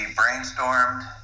brainstormed